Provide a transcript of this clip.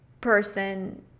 person